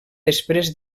després